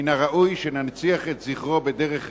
מן הראוי שננציח את זכרו בדרך ראויה,